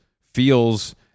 feels